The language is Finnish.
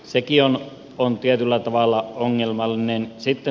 sekin on tietyllä tavalla ongelmallinen asia